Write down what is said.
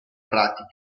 pratica